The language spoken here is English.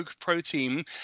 protein